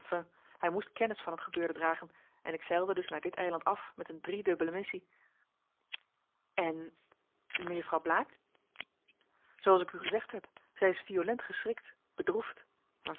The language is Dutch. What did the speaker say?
hij moest kennis van het gebeurde dragen en ik zeilde dus naar dit eiland af met een driedubbele missie en mejuffrouw blaek zooals ik u gezegd heb zij is violent geschrikt bedroefd